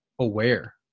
aware